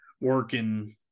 working